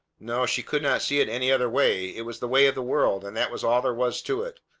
no, she could not see it any other way. it was the way of the world, and that was all there was to it.